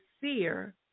fear